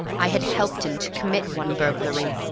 i had helped him to commit one burglary,